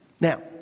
Now